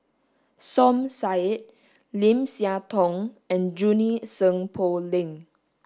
Som Said Lim Siah Tong and Junie Sng Poh Leng